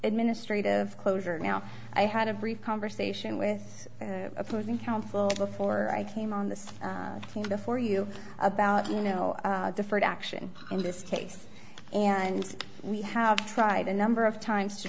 administrative closure now i had a brief conversation with opposing counsel before i came on the scene for you about you know deferred action in this case and we have tried a number of times to